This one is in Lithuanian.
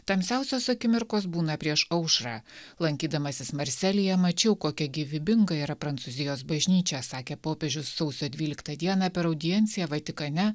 tamsiausios akimirkos būna prieš aušrą lankydamasis marselyje mačiau kokia gyvybinga yra prancūzijos bažnyčia sakė popiežius sausio dvyliktą dieną per audienciją vatikane